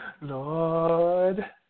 Lord